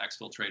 exfiltrate